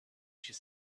should